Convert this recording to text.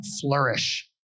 flourish